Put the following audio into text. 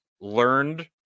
learned